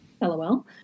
LOL